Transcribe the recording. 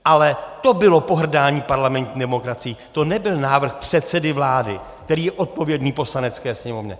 Ale to bylo pohrdání parlamentní demokracií, to nebyl návrh předsedy vlády, který je odpovědný Poslanecké sněmovně.